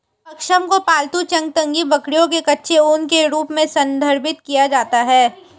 पश्म को पालतू चांगथांगी बकरियों के कच्चे ऊन के रूप में संदर्भित किया जाता है